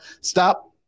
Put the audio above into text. Stop